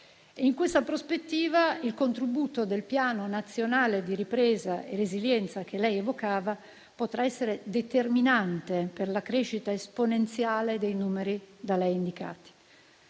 In questa prospettiva, il contributo del Piano nazionale di ripresa e resilienza, che lei evocava, potrà essere determinante per la crescita esponenziale dei numeri da lei indicati.